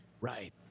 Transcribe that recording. right